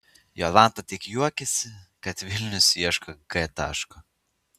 jolanta tik juokiasi kad vilnius ieško g taško